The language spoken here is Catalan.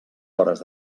hores